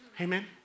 Amen